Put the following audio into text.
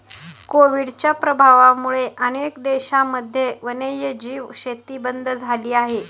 कोविडच्या प्रभावामुळे अनेक देशांमध्ये वन्यजीव शेती बंद झाली आहे